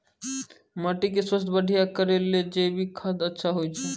माटी के स्वास्थ्य बढ़िया करै ले जैविक खाद अच्छा होय छै?